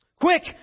Quick